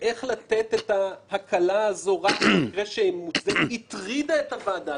ואיך לתת את ההקלה הזו רק במקרה שהיא מוצדקת הטרידה את הוועדה.